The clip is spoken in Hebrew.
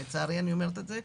אני אומרת את זה לצערי.